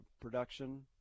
production